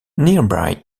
nearby